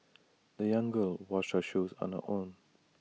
the young girl washed her shoes on her own